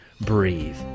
Breathe